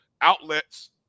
outlets